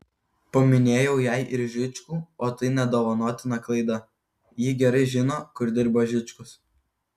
paminėjau jai ir žičkų o tai nedovanotina klaida ji gerai žino kur dirba žičkus